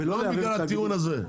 ולא בגלל הטיעון הזה.